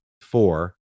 four